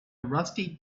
rusty